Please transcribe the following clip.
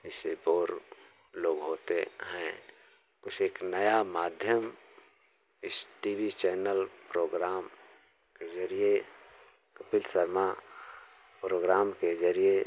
ऐसे बोर लोग होते हैं ऐसे एक नया माध्यम इस टी वी चैनल प्रोग्राम के जरिए कपिल शर्मा प्रोग्राम के जरिए